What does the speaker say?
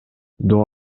доо